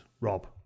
Rob